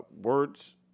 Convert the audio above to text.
Words